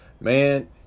Man